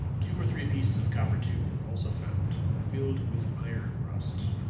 two or three pieces of copper tube were also found, filled with iron rust.